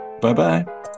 bye-bye